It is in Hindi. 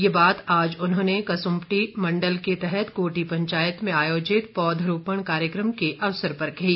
ये बात आज उन्होंने कसुम्पटी मण्डल के तहत कोटी पंचायत में आयोजित पौधरोपण कार्यक्रम के अवसर पर कही